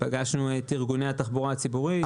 פגשנו את ארגוני התחבורה הציבורית.